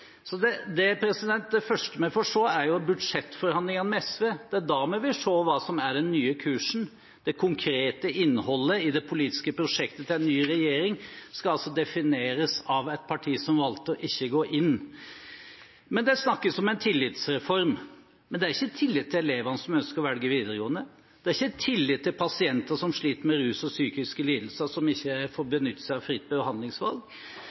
den nye kursen. Det konkrete innholdet i det politiske prosjektet til den nye regjeringen skal altså defineres av et parti som valgte ikke å gå inn i regjering. Det snakkes om en tillitsreform, men det er ikke tillit til elevene som ønsker å velge videregående. Det er ikke tillit til pasienter som sliter med rus og psykiske lidelser, som ikke får benytte seg av fritt behandlingsvalg. Er tillitsreformen egentlig en tillitsreform for systemet og